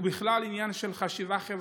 הוא בכלל עניין של חשיבה חברתית.